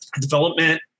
development